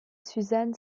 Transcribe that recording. suzanne